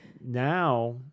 now